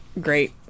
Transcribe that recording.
great